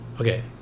okay